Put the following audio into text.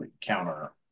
counter